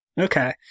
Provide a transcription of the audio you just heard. Okay